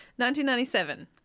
1997